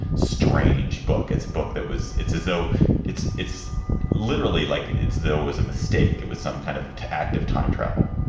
strange book. it's a book that was. it's as though it's. it's literally like it's though was a mistake. it was some kind of to act of time travel.